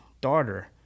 daughter